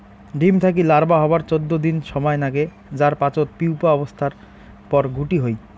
ডিম থাকি লার্ভা হবার চৌদ্দ দিন সমায় নাগে যার পাচত পিউপা অবস্থার পর গুটি হই